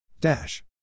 Dash